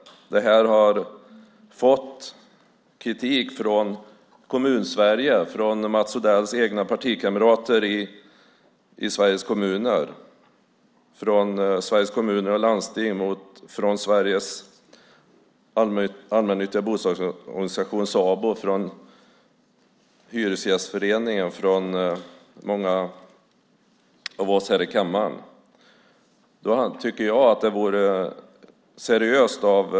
Det har mött kritik från Kommun-Sverige och från Mats Odells egna partikamrater i Sveriges kommuner liksom från Sveriges Kommuner och Landsting, från Sveriges allmännyttiga bostadsorganisation, Sabo, från Hyresgästföreningen och från många av oss här i kammaren.